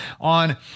on